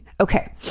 Okay